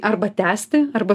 arba tęsti arba